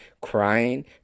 crying